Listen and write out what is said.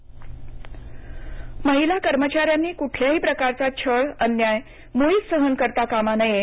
मेळघाट दौरा महिला कर्मचाऱ्यांनी कुठल्याही प्रकारचा छळ अन्याय मुळीच सहन करता कामा नये